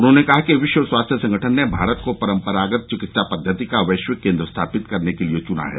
उन्होंने कहा कि विश्व स्वास्थ्य संगठन ने भारत को परपरागत चिकित्सा पद्धति का वैश्विक केंद्र स्थापित करने के लिए चुना है